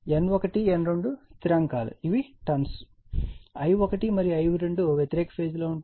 N1 N2 స్థిరాంకాలు ఇవి turns I1 మరియు I2 వ్యతిరేక ఫేజ్ లో ఉంటాయి